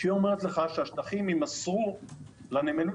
כשהיא אומרת לך שהשטחים יימסרו לנמלים